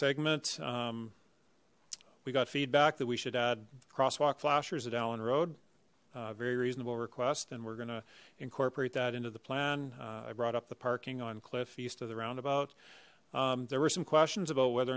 segment um we got feedback that we should add crosswalk flashers at allen road a very reasonable request and we're going to incorporate that into the plan i brought up the parking on cliff east of the roundabout there were some questions about whether